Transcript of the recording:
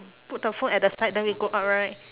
put the phone at the side then we go out right